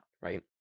right